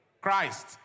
Christ